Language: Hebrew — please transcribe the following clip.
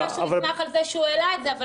כל אחד בזמנו.